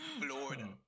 Florida